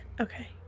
okay